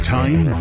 time